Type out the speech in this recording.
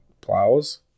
plows